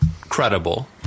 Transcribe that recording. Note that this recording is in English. credible